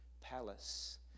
palace